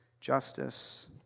justice